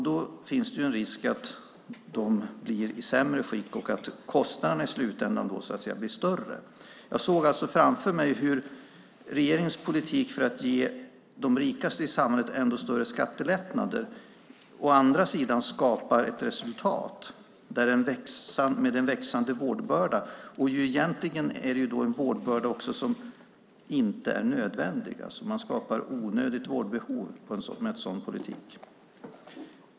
Då finns det en risk att de blir i sämre skick och att kostnaderna i slutändan blir större. Jag såg alltså framför mig hur regeringens politik å ena sidan ger de rikaste i samhället ännu större skattelättnader å andra sidan skapar ett resultat med en växande vårdbörda. Egentligen är det ju en vårdbörda som inte är nödvändig. Man skapar ett onödigt vårdbehov med en sådan politik.